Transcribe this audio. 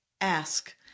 ask